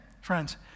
friends